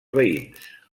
veïns